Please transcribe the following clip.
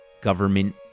government